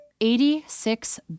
Eighty-six